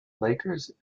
lakers